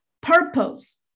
purpose